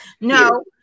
No